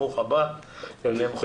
ברוך הבא למחוזותינו.